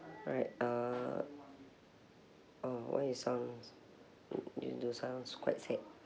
alright uh oh why you sounds do you sounds quite sad